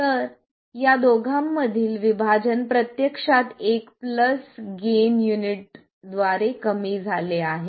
तर या दोघांमधील विभाजन प्रत्यक्षात एक प्लस गेन युनिटद्वारे कमी झाले आहे